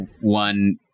one